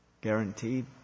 Guaranteed